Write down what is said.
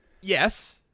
Yes